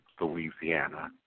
Louisiana